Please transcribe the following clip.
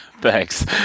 Thanks